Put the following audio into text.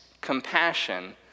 compassion